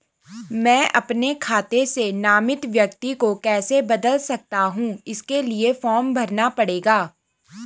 मैं अपने खाते से नामित व्यक्ति को कैसे बदल सकता हूँ इसके लिए फॉर्म भरना पड़ेगा?